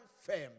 firm